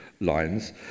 lines